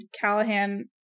Callahan